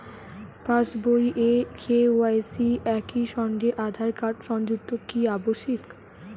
পাশ বই ও কে.ওয়াই.সি একই সঙ্গে আঁধার কার্ড সংযুক্ত কি আবশিক?